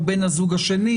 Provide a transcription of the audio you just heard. הוא בן הזוג השני,